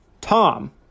Tom